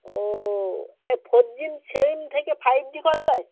ও এই four G SIM থেকে five G করা যায়